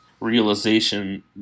realization